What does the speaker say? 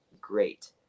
great